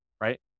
right